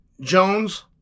Jones